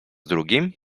drugim